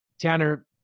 Tanner